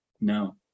No